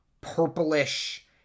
purplish